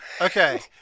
Okay